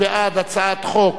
מי בעד הצעת חוק